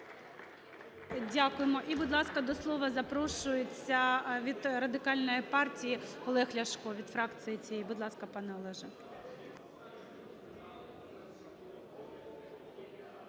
Дякуємо. І, будь ласка, до слова запрошується від Радикальної партії Олег Ляшко, від фракції цієї. Будь ласка, пане Олеже.